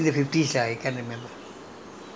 I think it was mister peter or [what] I can't remember lah